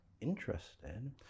interested